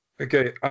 Okay